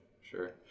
sure